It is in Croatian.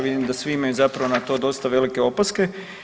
Vidim da svi imaju zapravo na to dosta velike opaske.